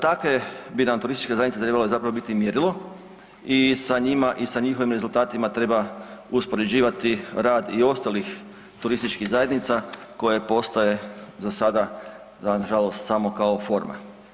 Takve bi nam turističke zajednice trebale zapravo biti mjerilo i sa njima i sa njihovim rezultatima treba uspoređivati rad i ostalih turističkih zajednica koje postoje za sada nažalost samo kao forma.